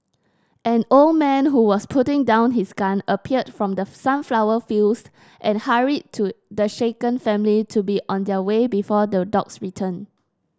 an old man who was putting down his gun appeared from the sunflower fields and hurried to the shaken family to be on their way before the dogs return